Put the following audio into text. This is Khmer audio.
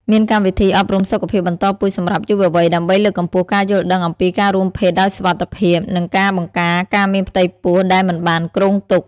មានកម្មវិធីអប់រំសុខភាពបន្តពូជសម្រាប់យុវវ័យ ដើម្បីលើកកម្ពស់ការយល់ដឹងអំពីការរួមភេទដោយសុវត្ថិភាព និងការបង្ការការមានផ្ទៃពោះដែលមិនបានគ្រោងទុក។